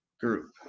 group